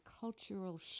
cultural